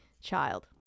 child